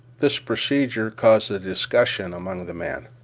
this procedure caused a discussion among the men.